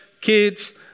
kids